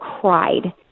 cried